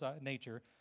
nature